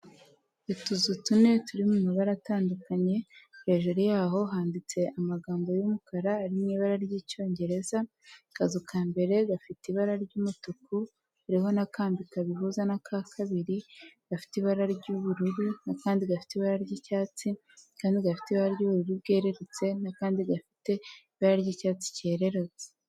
Utuzu tune turi mu mabara atandukanye hejuru yaho handitse amagambo y'umukara ari mu ibara ry'icyongereza. Akazu ka mbere gafite ibara ry'umutuku riho n'akambi ka bihuza n'aka kabiri gafite ibara ry'ubururu akandi gafite ibara ry'icyatsi, akandi gafite ibara ry'ubururu bwerurutse, n'akandi gafite ibara ry'icyatsi gicyeye.